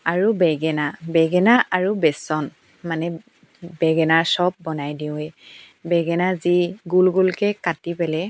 আৰু বেঙেনা বেঙেনা আৰু বেচন মানে বেঙেনাৰ চপ বনাই দিওঁৱেই বেঙেনা যি গোল গোলকৈ কাটি পেলাই